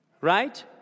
Right